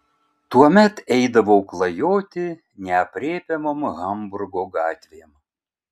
tuomet eidavau klajoti neaprėpiamom hamburgo gatvėm